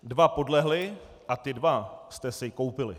Dva podlehli a ty dva jste si koupili.